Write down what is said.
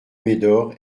médor